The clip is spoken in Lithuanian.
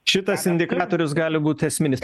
šitas indikatorius gali būt esminis